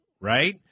Right